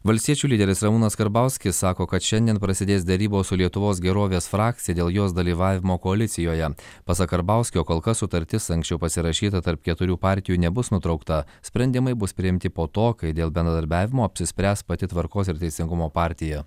valstiečių lyderis ramūnas karbauskis sako kad šiandien prasidės derybos su lietuvos gerovės frakcija dėl jos dalyvavimo koalicijoje pasak karbauskio kol kas sutartis anksčiau pasirašyta tarp keturių partijų nebus nutraukta sprendimai bus priimti po to kai dėl bendradarbiavimo apsispręs pati tvarkos ir teisingumo partija